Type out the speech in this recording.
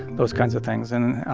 those kinds of things. and,